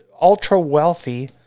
ultra-wealthy